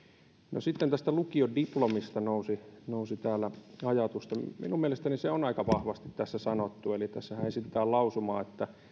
no sitten tästä lukiodiplomista nousi nousi täällä ajatus minun mielestäni se on aika vahvasti tässä sanottu eli tässähän esitetään lausumaa että